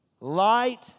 Light